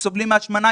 שסובלים מהשמנה,